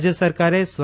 રાજય સરકારે સ્વ